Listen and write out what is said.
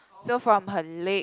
so from her leg